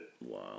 wow